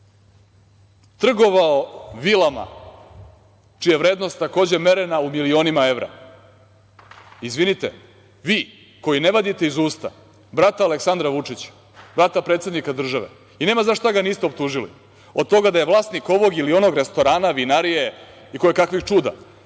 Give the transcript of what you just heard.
trgovao vilama čija je vrednost takođe merena u milionima evra. Izvinite, vi koji ne vadite iz usta brata Aleksandra Vučića, brata predsednika države i nema za šta ga niste optužili, od toga da je vlasnik ovog ili onog restorana, vinarije i kojekakvih čuda,